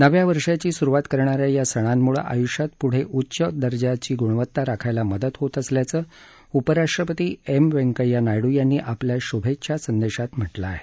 नव्या वर्षाची सुरूवात करणा या या सणांमुळे आयुष्यात पुढे उच्च दर्जाची गुणवत्ता राखायला मदत होत असल्याचं उपराष्ट्रपती व्यंकैय्या नायडू यांनी आपल्या शुभेच्छा संदेशात म्हटलं आहे